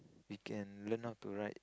we can learn how to ride